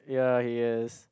ya i guess